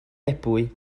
ebwy